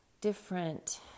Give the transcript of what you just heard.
different